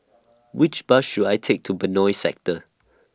Which Bus should I Take to Benoi Sector